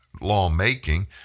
law-making